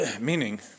meaning